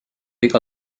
iga